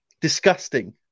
Disgusting